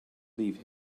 leave